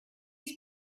his